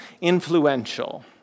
influential